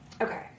Okay